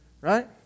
Right